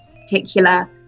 particular